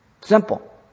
Simple